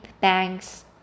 banks